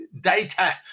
data